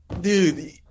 dude